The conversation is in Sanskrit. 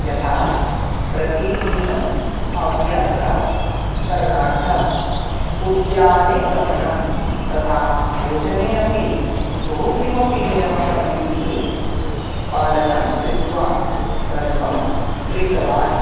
यथा प्रतिदिनम् अभ्यासः करणार्थम् उद्याने गमनं तथा भोजने अपि बहु किमपि नियमः विधिः पालनं कृत्वा सर्वं कृतवान्